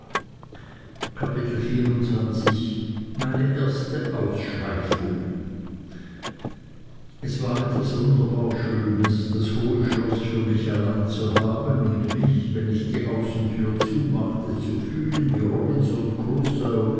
kapitel meine erste ausschweifung es war etwas wunderbar schönes das hohe schloß für mich allein zu haben und mich wenn ich die außentür zumachte zu fühlen wie robinson crusoe